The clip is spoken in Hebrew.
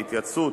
בהתייעצות